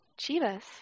Chivas